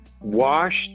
washed